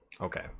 okay